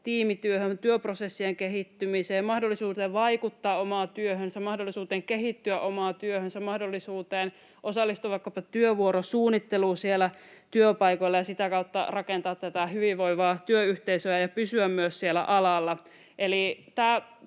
tiimityöhön, työprosessien kehittymiseen ja mahdollisuuteen vaikuttaa omaan työhönsä, mahdollisuuteen kehittyä omassa työssä, mahdollisuuteen osallistua vaikkapa työvuorosuunnitteluun siellä työpaikoilla ja sitä kautta rakentaa hyvinvoivaa työyhteisöä ja pysyä myös siellä alalla.